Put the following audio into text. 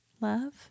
Love